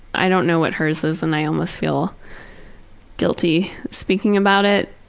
i don't know what hers is and i almost feel guilty speaking about it